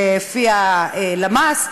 לפי הלמ"ס,